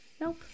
Nope